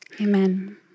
Amen